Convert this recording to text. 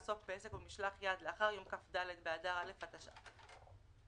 שעסק בעסק או במשלח יד במהלך ששת החודשים שקדמו לחודש אפריל 2020,